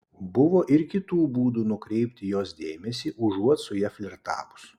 buvo ir kitų būdų nukreipti jos dėmesį užuot su ja flirtavus